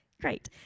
Great